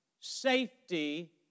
safety